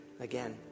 again